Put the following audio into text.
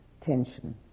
tension